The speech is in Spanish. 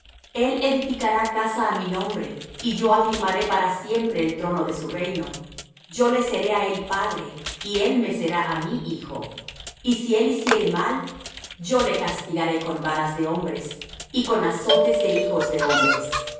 el edificará casa á mi nombre y yo afirmaré para siempre el trono de su reino yo le seré á él padre y él me será á mí hijo y si él hiciere mal yo le castigaré con vara de hombres y con azotes de hijos de hombres